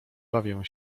bawię